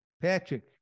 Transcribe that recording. Patrick